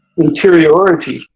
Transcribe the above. interiority